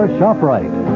ShopRite